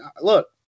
look